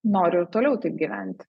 nori ir toliau taip gyventi